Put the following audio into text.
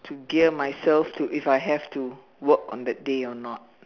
to gear myself to if I have to work on that day or not